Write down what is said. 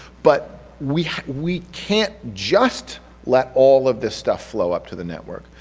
but we we can't just let all of this stuff flow up to the network,